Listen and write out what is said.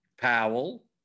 Powell